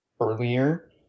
earlier